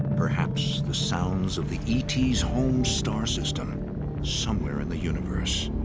perhaps the sounds of the e t s' home star system somewhere in the universe.